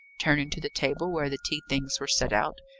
turning to the table where the tea-things were set out.